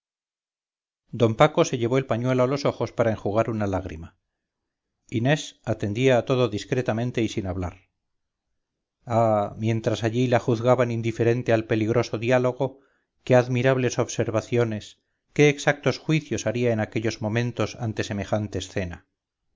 d paco se llevó el pañuelo a los ojos para enjugar una lágrima inés atendía a todo discretamente y sin hablar ah mientras allí la juzgaban indiferente al peligroso diálogo qué admirables observaciones qué exactos juicios haría en aquellos momentos ante semejante escena